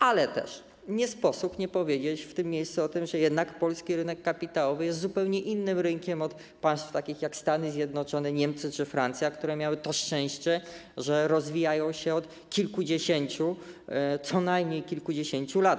Ale też nie sposób nie powiedzieć w tym miejscu o tym, że jednak polski rynek kapitałowy jest zupełnie innym rynkiem od rynków państw takich jak Stany Zjednoczone, Niemcy czy Francja, które miały to szczęście, że rozwijają się od co najmniej kilkudziesięciu lat.